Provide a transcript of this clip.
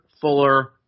Fuller